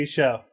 show